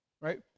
Right